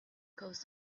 caused